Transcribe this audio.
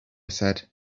said